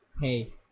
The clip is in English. hey